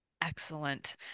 Excellent